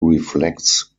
reflects